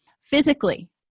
Physically